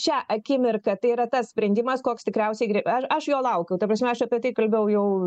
šią akimirką tai yra tas sprendimas koks tikriausiai ar aš jo laukiau ta prasme aš apie tai kalbėjau jau